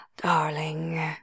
darling